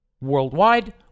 worldwide